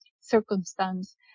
circumstance